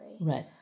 Right